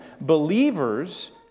believers